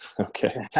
Okay